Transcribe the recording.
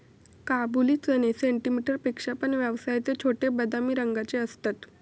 काबुली चणे सेंटीमीटर पेक्षा पण व्यासाचे छोटे, बदामी रंगाचे असतत